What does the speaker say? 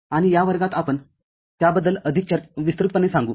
आणि या वर्गात आपण त्याबद्दल अधिक विस्तृतपणे सांगू